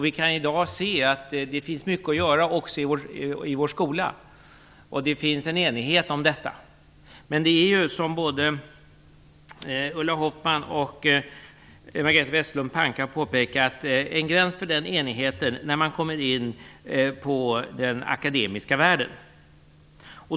Vi kan i dag se att det finns mycket att göra också i vår skola, och det råder enighet om detta. Men det går ju, vilket både Ulla Hoffmann och Majléne Westerlund Panke har påpekat, en gräns för den enigheten när man kommer in på den akademiska världen.